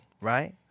right